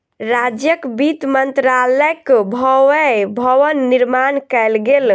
राज्यक वित्त मंत्रालयक भव्य भवन निर्माण कयल गेल